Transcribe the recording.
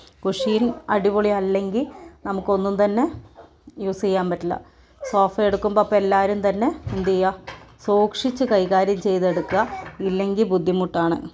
cushion അടിപൊളി അല്ലെങ്കിൽ നമുക്ക് ഒന്നും തന്നെ യൂസ് ചെയ്യാൻ പറ്റില്ല സോഫ എടുക്കുമ്പം അപ്പം എല്ലാവരും തന്നെ എന്തെയ്യുക സൂക്ഷിച്ച് കൈകാര്യം ചെയ്തെടുക്കുക ഇല്ലെങ്കിൽ ബുദ്ധിമുട്ടാണ്